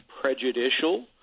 prejudicial